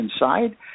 inside